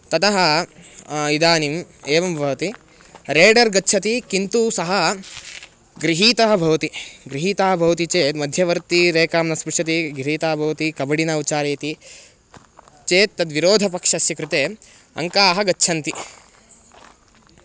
ततः इदानीम् एवं भवति रेडर् गच्छति किन्तु सः गृहीतः भवति गृहीतः भवति चेत् मध्यवर्तिरेकां न स्पृशति गृहीतः भवति कबडि न उच्चारयति चेत् तद्विरोधपक्षस्य कृते अङ्काः गच्छन्ति